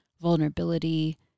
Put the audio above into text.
vulnerability